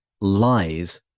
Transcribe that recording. lies